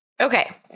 Okay